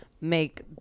make